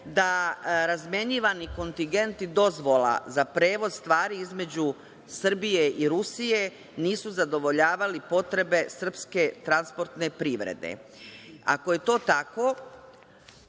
da razmenjivani kontigenti dozvola za prevoz stvari između Srbije i Rusije nisu zadovoljavali potrebe srpske transportne privrede. Ako je to tako,